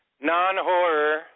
Non-horror